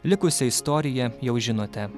likusią istoriją jau žinote